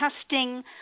testing